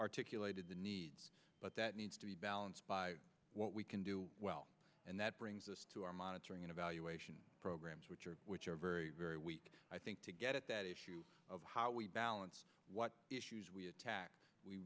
articulated the needs but that needs to be balanced by what we can do well and that brings us to our monitoring and evaluation programs which are which are very very weak i think to get at that issue of how we balance what issues we